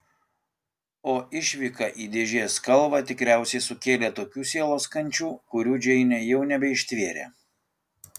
o išvyka į dėžės kalvą tikriausiai sukėlė tokių sielos kančių kurių džeinė jau nebeištvėrė